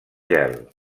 gel